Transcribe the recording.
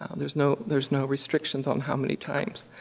there's no there's no restrictions on how many times.